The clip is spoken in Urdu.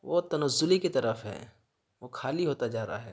وہ تنزلی کی طرف ہے وہ خالی ہوتا جا رہا ہے